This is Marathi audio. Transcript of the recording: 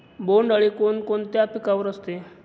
बोंडअळी कोणकोणत्या पिकावर असते?